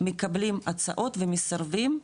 מקבלים הצעות ומסרבים,